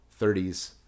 30s